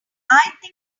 perhaps